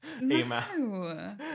No